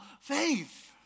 faith